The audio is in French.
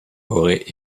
auraient